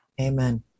Amen